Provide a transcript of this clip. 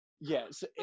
yes